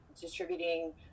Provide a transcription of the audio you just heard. distributing